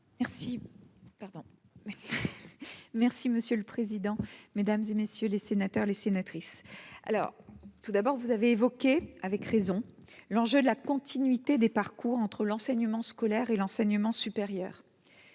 Si, pardon, merci, monsieur le président, Mesdames et messieurs les sénateurs, les sénatrices. Alors tout d'abord, vous avez évoqué, avec raison, l'enjeu de la continuité des parcours entre l'enseignement scolaire et l'enseignement supérieur